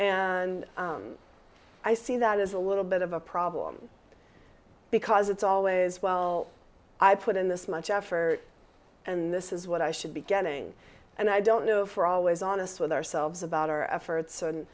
and i see that as a little bit of a problem because it's always well i put in this much effort and this is what i should be getting and i don't know for always honest with ourselves about our efforts and